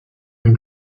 une